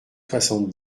soixante